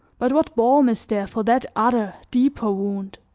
but what balm is there for that other deeper wound?